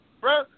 bro